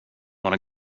want